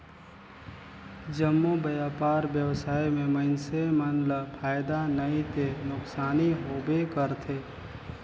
जम्मो बयपार बेवसाय में मइनसे मन ल फायदा नइ ते नुकसानी होबे करथे